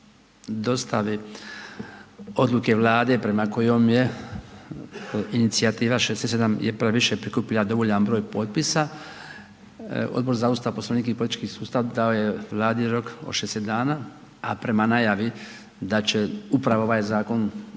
dostavi odluke Vlade prema kojoj je inicijativa „67 je previše“ prikupila dovoljan broj potpisa, Odbor za Ustav, Poslovnik i politički sustav dao je Vladi rok od 60 dana, a prema najavi da će upravo ovaj zakon